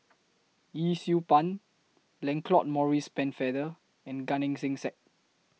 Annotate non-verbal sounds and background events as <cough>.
Yee Siew Pun Lancelot Maurice Pennefather and Gan Eng Seng <unintelligible>